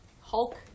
Hulk